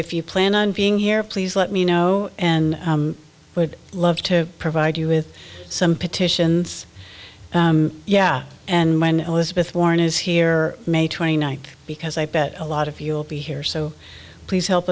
if you plan on being here please let me know and i would love to provide you with some petitions yeah and when elizabeth warren is here may twenty ninth because i bet a lot of you will be here so please help